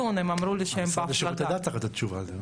כי הרי מדובר באותם גופים שכבר נמצאים בתוך הרשימה של הרבנות.